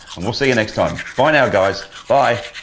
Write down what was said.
and we'll see you next time. bye now guys. bye.